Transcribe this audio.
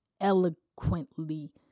eloquently